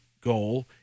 goal